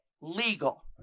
legal